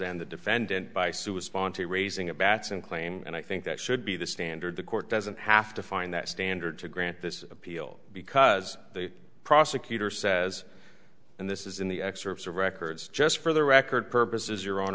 and the defendant by sue a sponsor raising a batson claim and i think that should be the standard the court doesn't have to find that standard to grant this appeal because the prosecutor says and this is in the excerpts of records just for the record purposes your